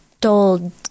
told